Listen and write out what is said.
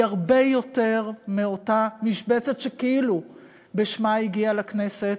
היא הרבה יותר מאותה משבצת שכאילו בשמה הגיעה לכנסת,